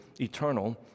eternal